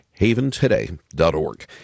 haventoday.org